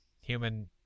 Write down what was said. Human